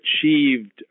achieved